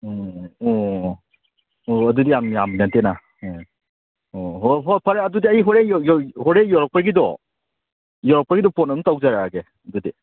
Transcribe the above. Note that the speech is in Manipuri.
ꯎꯝ ꯑꯣ ꯑꯣ ꯑꯗꯨꯗꯤ ꯌꯥꯝ ꯌꯥꯝꯕ ꯅꯠꯇꯦꯅ ꯑꯣ ꯑꯣ ꯍꯣꯏ ꯍꯣꯏ ꯐꯔꯦ ꯑꯗꯨꯗꯤ ꯑꯩ ꯍꯣꯔꯦꯟ ꯍꯣꯔꯦꯟ ꯌꯧꯔꯛꯄꯒꯤꯗꯣ ꯌꯧꯔꯛꯄꯒꯤꯗꯣ ꯐꯣꯟ ꯑꯗꯨꯝ ꯇꯧꯖꯔꯛꯑꯒꯦ ꯑꯗꯨꯗꯤ